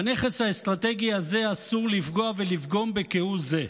בנכס האסטרטגי הזה אסור לפגוע ולפגום כהוא זה.